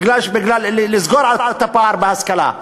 כדי לסגור את הפער בהשכלה.